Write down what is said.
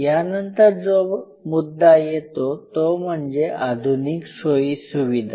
यानंतर जो मुद्दा येतो तो म्हणजे आधुनिक सोयी सुविधा